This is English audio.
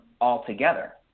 altogether